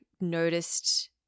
noticed